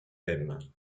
même